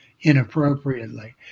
inappropriately